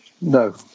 No